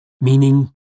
meaning